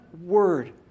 word